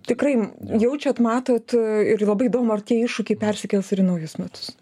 tikrai jaučiat matot ir labai įdomu ar tie iššūkiai persikels ir į naujus metus